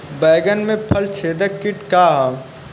बैंगन में फल छेदक किट का ह?